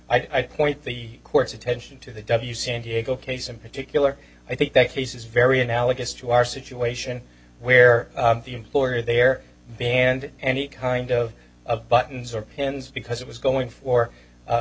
i point the court's attention to the w sandiego case in particular i think that case is very analogous to our situation where the employer there banned any kind of of buttons or pens because it was going for